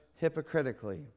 hypocritically